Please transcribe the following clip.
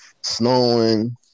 snowing